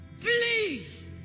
Please